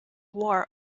war